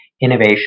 innovation